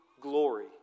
glory